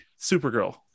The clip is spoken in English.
Supergirl